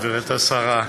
גברתי השרה,